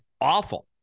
awful